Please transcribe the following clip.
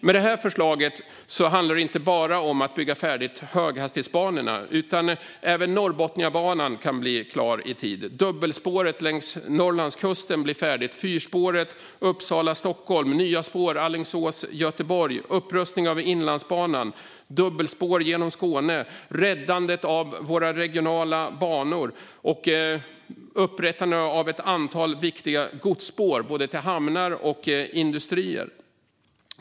Med detta förslag handlar det inte bara om att bygga färdigt höghastighetsbanorna, utan även Norrbotniabanan kan bli klar i tid. Även dubbelspåret längs Norrlandskusten blir färdigt, liksom fyrspåret mellan Uppsala och Stockholm och nya spår mellan Alingsås och Göteborg. Vi kan också få till stånd upprustningen av Inlandsbanan, dubbelspår genom Skåne, räddandet av våra regionala banor och upprättandet av ett antal viktiga godsspår till både hamnar och industrier.